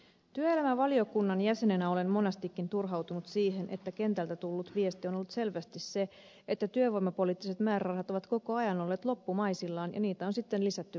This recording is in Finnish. työelämävaliokunnan jäsenenä olen monastikin turhautunut siihen että kentältä tullut viesti on ollut selvästi se että työvoimapoliittiset määrärahat ovat koko ajan olleet loppumaisillaan ja niitä on sitten lisätty vaiheittain